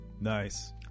Nice